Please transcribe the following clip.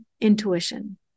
intuition